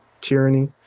tyranny